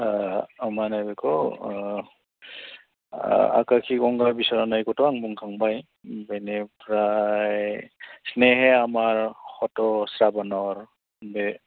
मा होनो बेखौ आकाखि गंगा बिस'रा नायखौथ' आं बुंखांबाय बेनिफ्राय स्नेहे आमार हत'स्राब'नर बे